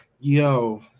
Yo